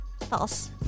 False